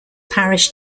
parish